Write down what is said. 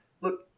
look